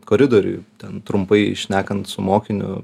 koridoriuj ten trumpai šnekant su mokiniu